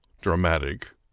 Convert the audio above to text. dramatic